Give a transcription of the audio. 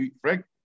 Frank